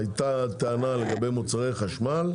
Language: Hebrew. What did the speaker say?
הייתה טענה בנוגע למוצרי חשמל,